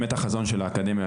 החזון של האקדמיה,